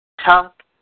Talk